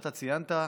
שאתה ציינת: